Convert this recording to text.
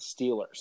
Steelers